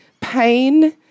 Pain